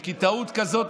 כי טעות כזאת,